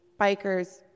bikers